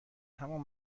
همان